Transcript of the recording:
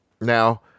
Now